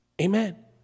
Amen